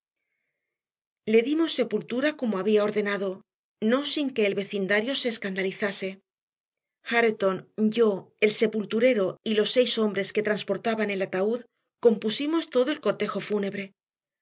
le dimos sepultura como había ordenado no sin que el vecindario se escandalizase hareton yo el sepulturero y los seis hombres que transportaban el ataúd compusimos todo el cortejo fúnebre